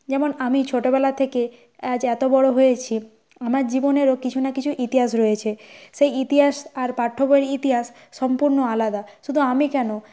যেমন আমি ছোটবেলা থেকে আজ এত বড় হয়েছি আমার জীবনেরও কিছু না কিছু ইতিহাস রয়েছে সেই ইতিহাস আর পাঠ্য বইয়ের ইতিহাস সম্পূর্ণ আলাদা শুধু আমি কেন